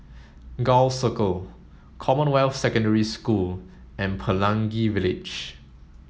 Gul Circle Commonwealth Secondary School and Pelangi Village